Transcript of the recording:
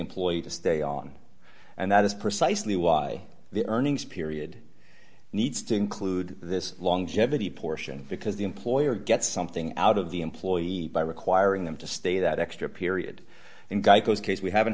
employee to stay on and that is precisely why the earnings period needs to include this long jeopardy portion because the employer gets something out of the employee by requiring them to stay that extra period and gikas case we haven't